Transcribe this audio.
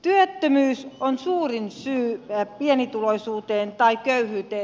työttömyys on suurin syy pienituloisuuteen tai köyhyyteen